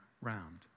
round